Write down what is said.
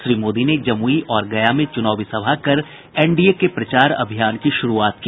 श्री मोदी ने जमुई और गया में चुनावी सभा कर एनडीए के प्रचार अभियान की शुरूआत की